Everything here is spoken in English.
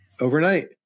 overnight